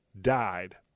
died